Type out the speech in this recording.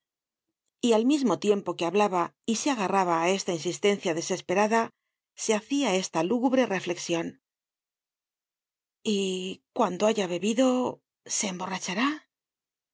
y al mismo tiempo que hablaba y se agarraba á esta insistencia desesperada se hacia esta lúgubre reflexion y cuando haya bebido se emborrachará